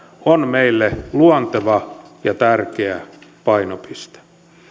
on meille luonteva ja tärkeä painopiste